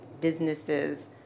businesses